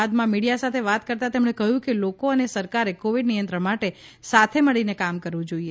બાદમાં મીડિયા સાથે વાત કરતાં તેમણે કહ્યું કે લોકો અને સરકારે કોવીડ નિયંત્રણ માટે સાથે મળીને કામ કરવું જોઈએ